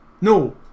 No